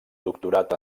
doctorat